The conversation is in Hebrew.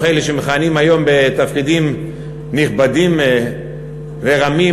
אלה שמכהנים היום בתפקידים נכבדים ורמים,